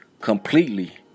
completely